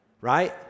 right